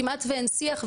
כמעט ואין שיח,